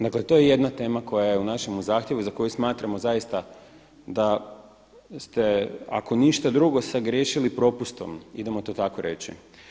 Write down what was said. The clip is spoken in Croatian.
Dakle to je jedna tema koja je u našem zahtjevu za koji smatramo zaista da ste ako ništa drugo sagriješili propustom, idemo to tako reći.